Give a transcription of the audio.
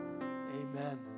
Amen